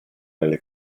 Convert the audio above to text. nelle